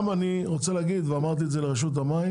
אני גם רוצה להגיד ואמרתי את זה לרשות המים